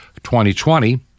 2020